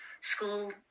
school